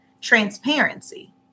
Transparency